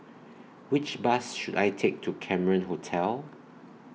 Which Bus should I Take to Cameron Hotel